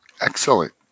Excellent